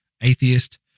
atheist